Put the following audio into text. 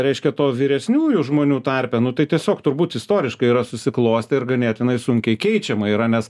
reiškia to vyresniųjų žmonių tarpe nu tai tiesiog turbūt istoriškai yra susiklostę ir ganėtinai sunkiai keičiama yra nes